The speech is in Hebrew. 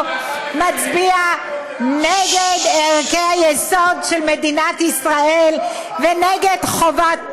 מצביע נגד ערכי היסוד של מדינת ישראל ונגד חובת,